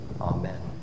Amen